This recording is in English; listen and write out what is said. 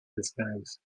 disguise